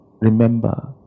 remember